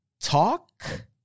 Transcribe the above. talk